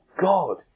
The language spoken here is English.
God